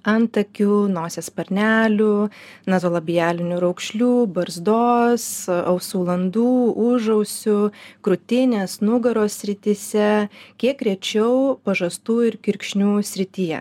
antakių nosies sparnelių nazolabialinių raukšlių barzdos ausų landų užausių krūtinės nugaros srityse kiek rečiau pažastų ir kirkšnių srityje